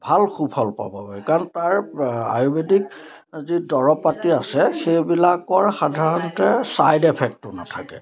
ভাল সুফল পাব পাৰে কাৰণ তাৰ আ আয়ুৰ্বেদিক যি দৰব পাতি আছে সেইবিলাকৰ সাধাৰণতে ছাইড এফেক্টটো নাথাকে